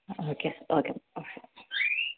okay okay